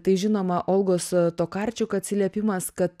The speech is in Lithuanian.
tai žinoma olgos tokarčiuk atsiliepimas kad